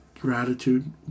gratitude